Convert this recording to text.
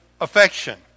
affection